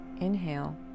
inhale